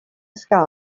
sky